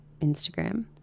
instagram